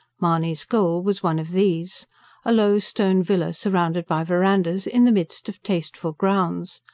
mahony's goal was one of these a low, stone villa surrounded by verandahs, in the midst of tasteful grounds.